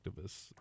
activists